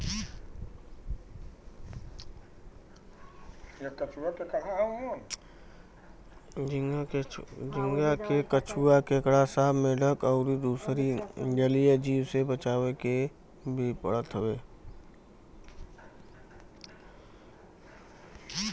झींगा के कछुआ, केकड़ा, सांप, मेंढक अउरी दुसर जलीय जीव से बचावे के भी पड़त हवे